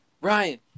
Ryan